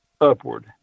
upward